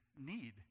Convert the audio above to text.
need